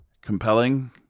compelling